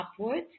upwards